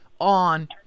on